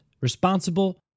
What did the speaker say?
responsible